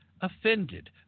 offended